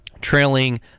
trailing